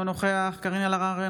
אינו נוכח קארין אלהרר,